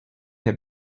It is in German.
der